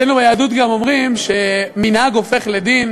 אצלנו ביהדות גם אומרים שמנהג הופך לדין,